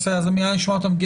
מיד נשמע אותם.